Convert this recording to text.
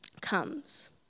comes